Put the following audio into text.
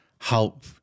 help